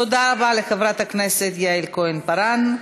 תודה רבה לחברת הכנסת יעל כהן-פארן.